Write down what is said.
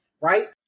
right